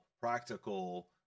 practical